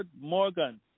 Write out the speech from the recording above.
Morgan